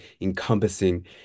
encompassing